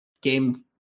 game